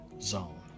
zone